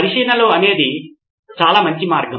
పరిశీలనలు అనేది చాలా మంచి మార్గం